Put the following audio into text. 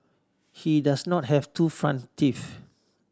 he does not have two front teeth